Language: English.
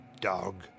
dog